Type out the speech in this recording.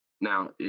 Now